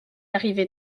arrivé